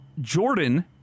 Jordan